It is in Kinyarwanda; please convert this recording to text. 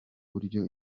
buryo